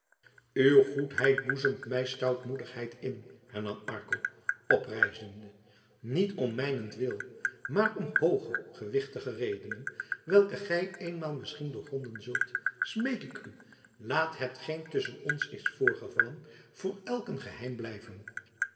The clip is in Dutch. uw goedheid boezemt mij stoutmoedigheid in hernam arkel oprijzende niet om mijnentwil maar om hooge gewichtige redenen welke gij eenmaal misschien doorgronden zult smeek ik u laat hetgeen tusschen ons is voorgevallen voor elk een geheim blijven